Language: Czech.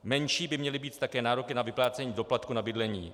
Menší by měly být také nároky na vyplácení doplatku na bydlení.